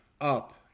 up